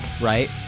right